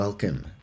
Welcome